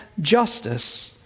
justice